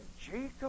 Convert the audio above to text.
Jacob